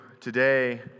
today